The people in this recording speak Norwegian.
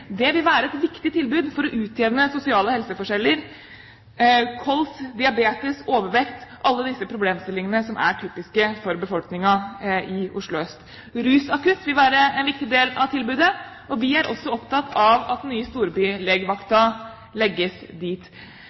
Det vil være et viktig tilbud for å utjevne sosiale helseforskjeller. Det gjelder kols, diabetes, overvekt, alle disse problemstillingene som er typisk for befolkningen i Oslo øst. Rusakutt vil være en viktig del av tilbudet. Vi er også opptatt av at den nye storbylegevakten legges dit.